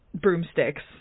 broomsticks